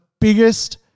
biggest